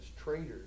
Traitors